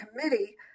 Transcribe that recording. Committee